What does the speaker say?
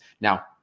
Now